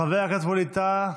חבר הכנסת ווליד טאהא,